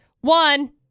One